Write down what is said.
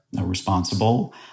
responsible